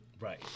Right